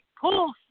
pull